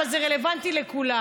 אבל זה רלוונטי לכולם,